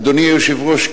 אדוני היושב-ראש,